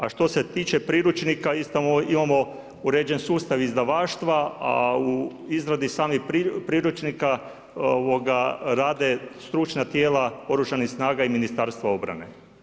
A što se tiče priručnika imamo uređen sustav izdavaštva, a u izradi samih priručnika, rade stručna tijela oružanih snaga i Ministarstva obrane.